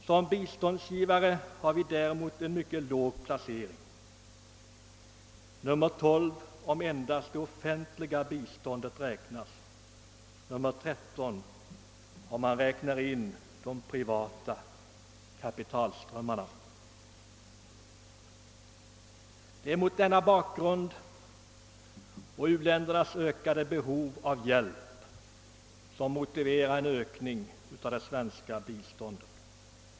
Som biståndsgivare har vi däremot en mycket låg placering — plats nr 12 om endast det offentliga biståndet räknas och plats nr 13 om vi räknar in även de privata kapitalströmmarna. Det är denna bakgrund och u-ländernas ökade behov av hjälp som motiverar en ökning av det svenska biståndet.